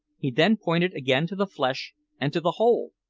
he then pointed again to the flesh and to the hole.